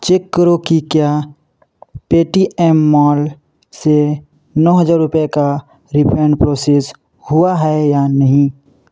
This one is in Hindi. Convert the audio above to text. चेक करो कि क्या पेटीएम मॉल से नौ हज़ार रुपये का रिफ़ंड प्रोसेस हुआ है या नहीं